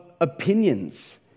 opinions